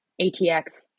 atx